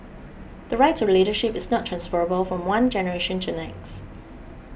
the right to the leadership is not transferable from one generation to the next